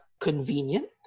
convenient